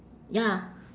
ya